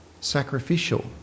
sacrificial